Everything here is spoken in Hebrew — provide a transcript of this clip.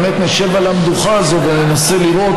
באמת נשב על המדוכה הזאת וננסה לראות